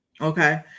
okay